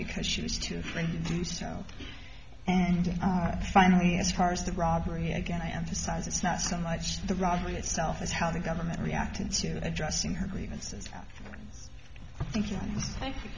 because she was too afraid to do so finally as far as the robbery again i emphasize it's not so much the robbery itself is how the government reacted to addressing her grievances thank you thank you